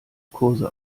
kurse